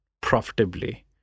profitably